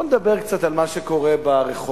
בואו נדבר קצת על מה שקורה ברחוב.